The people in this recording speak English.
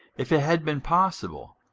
if it had been possible,